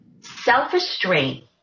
Self-restraint